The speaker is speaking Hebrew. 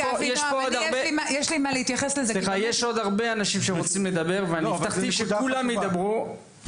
יש עוד הרבה אנשים שרוצים לדבר והבטחתי שכולם ידברו.